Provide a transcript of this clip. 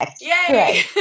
Yay